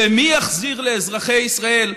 ומי יחזיר לאזרחי ישראל,